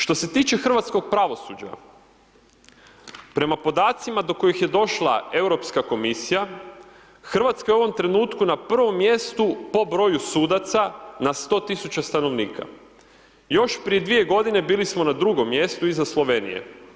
Što se tiče hrvatskog pravosuđa, prema podacima do kojih je došla Europska komisija, RH je u ovom trenutku na prvom mjestu po broju sudaca na 100 000 stanovnika, još prije dvije godine bili smo na drugom mjestu, iza Slovenije.